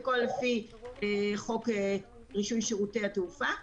הכול לפי חוק רישוי שירותי התעופה.